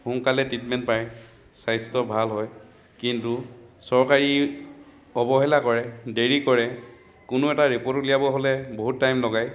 সোনকালে ট্ৰিটমেন্ট পায় স্ৱাস্থ্য ভাল হয় কিন্তু চৰকাৰী অৱহেলা কৰে দেৰি কৰে কোনো এটা ৰিপোৰ্ট উলিয়াব হ'লে বহুত টাইম লগায়